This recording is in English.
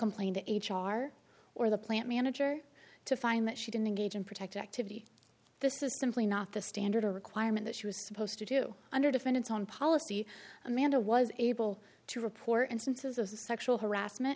complain to h r or the plant manager to find that she didn't engage in protected activity this is simply not the standard a requirement that she was supposed to do under defendant's own policy amanda was able to report instances of sexual harassment